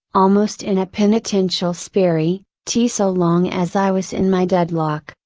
almost in a penitential spiri t so long as i was in my deadlock,